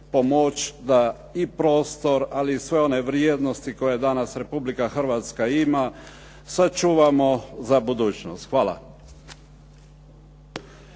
pomoći da i prostor, ali i sve one vrijednosti koje danas Republika Hrvatska ima sačuvamo za budućnost. Hvala.